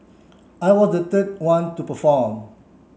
I was the third one to perform